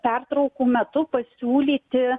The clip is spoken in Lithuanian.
pertraukų metu pasiūlyti